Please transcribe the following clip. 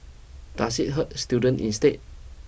does it hurt student instead